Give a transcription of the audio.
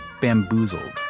bamboozled